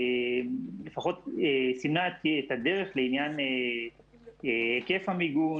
לפחות סימנה את הדרך לעניין היקף המיגון